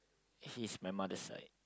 he's my mother side